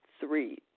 Three